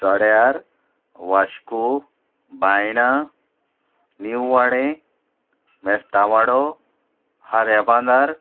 सड्यार वाश्को बायणां निववाडे मेस्तांवाडो खाऱ्या बांदार